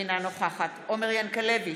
אינה נוכחת עומר ינקלביץ'